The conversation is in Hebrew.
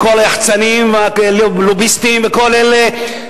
ומכל היחצנים והלוביסטים וכל אלה.